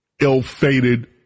ill-fated